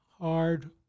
hard